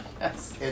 yes